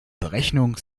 berechnung